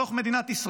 בתוך מדינת ישראל.